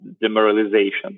demoralization